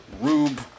Rube